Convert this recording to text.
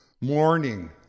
Morning